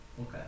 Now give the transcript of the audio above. okay